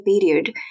period